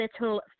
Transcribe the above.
little